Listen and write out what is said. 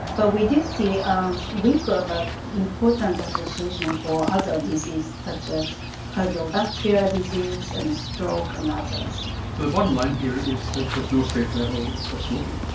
but we did see a weaker but important association for other disease such as cardiovascular ah disease and stroke and others. so the bottom line here is that there is no safe level of smoking.